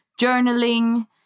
journaling